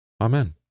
Amen